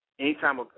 Anytime